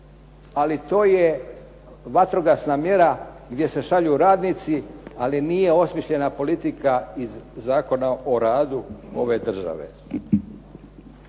Ali to je vatrogasna mjera gdje se šalju radnici, ali nije osmišljena politika iz Zakona o radu ove države.